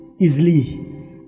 easily